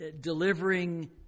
delivering